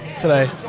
today